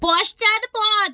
পশ্চাৎপদ